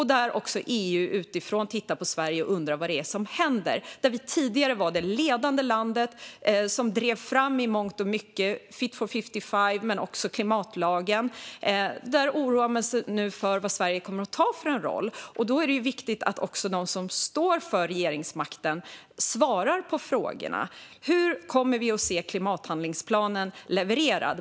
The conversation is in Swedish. Också EU tittar på Sverige och undrar vad det är som händer. Vi var tidigare det ledande landet som i mångt och mycket drev fram Fit for 55 men också klimatlagen. Man oroar sig nu för vad Sverige kommer att ta för roll. Då är det viktigt att de som står för regeringsmakten svarar på frågorna. Hur kommer vi att se klimathandlingsplanen levererad?